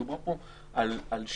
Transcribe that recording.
מדובר פה על מניעת